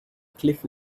cliff